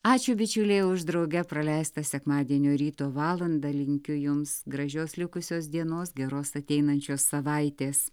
ačiū bičiuliai už drauge praleistą sekmadienio ryto valandą linkiu jums gražios likusios dienos geros ateinančios savaitės